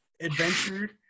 adventure